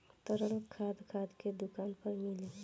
तरल खाद खाद के दुकान पर मिली